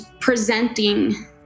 presenting